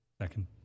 Second